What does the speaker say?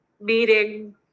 meeting